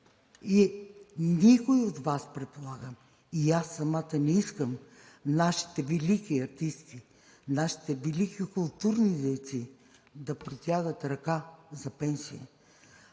и никой от Вас, предполагам, и аз самата не искаме нашите велики артисти, нашите велики културни дейци да протягат ръка за пенсия.